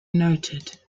noted